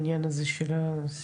להבטיח את הגינותם של הליכי